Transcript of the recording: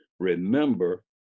remember